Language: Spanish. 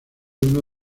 uno